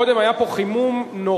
קודם היה פה חימום נוראי.